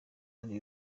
nari